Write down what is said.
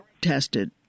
tested